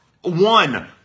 one